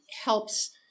helps